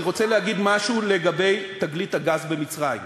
אני רוצה להגיד משהו לגבי תגלית הגז במצרים,